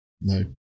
No